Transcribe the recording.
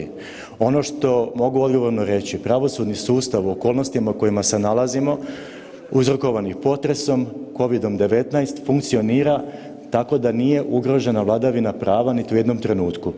Ono što mogu odgovorno reći, pravosudni sustav u okolnostima u kojima se nalazimo uzrokovanih potresom, Covidom-19 funkcionira tako da nije ugrožena vladavina prava niti u jednom trenutku.